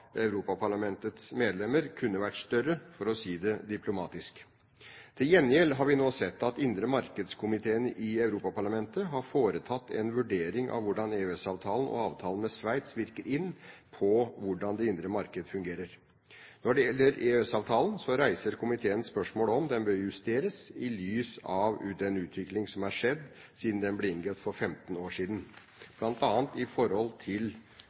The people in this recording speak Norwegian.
Europaparlamentets medlemmer kunne vært større, for å si det diplomatisk. Til gjengjeld har vi nå sett at den indre markedskomiteen i Europaparlamentet har foretatt en vurdering av hvordan EØS-avtalen og avtalen med Sveits virker inn på hvordan det indre markedet fungerer. Når det gjelder EØS-avtalen, reiser komiteen spørsmål om den bør justeres i lys av den utviklingen som er skjedd siden den ble inngått for 15 år siden, bl.a. når det gjelder Europaparlamentets nye og større innflytelse i